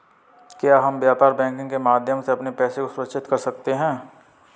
क्या हम व्यापार बैंकिंग के माध्यम से अपने पैसे को सुरक्षित कर सकते हैं?